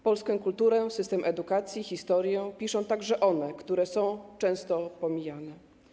Polską kulturę, system edukacji, historię piszą także one, a są często pomijane.